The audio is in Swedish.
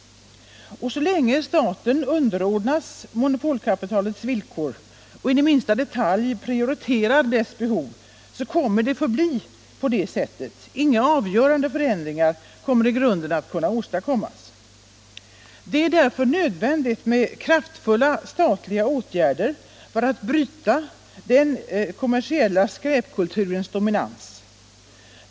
Så länge staten underordnats monopolkapitalets villkor och in i minsta detalj prioriterar dess behov, så kommer det att förbli på det sättet. Inga avgörande förändringar kommer i grunden att kunna åstadkommas. Det är därför nödvändigt med kraftfulla statliga åtgärder för att bryta den kommersiella skräpkulturens dominans.